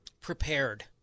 prepared